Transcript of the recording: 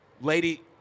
lady